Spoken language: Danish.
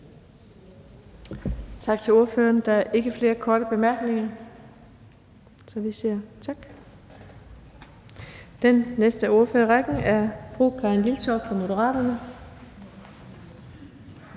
Tak til ordføreren. Der er ikke flere korte bemærkninger. Den næste ordfører i rækken er hr. Kim Valentin fra Venstre.